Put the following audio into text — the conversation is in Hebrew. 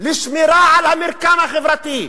לשמירה על המרקם החברתי.